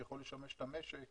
שיכול לשמש את המשק